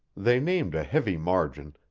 they named a heavy margin,